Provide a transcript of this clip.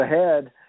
ahead